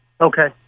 Okay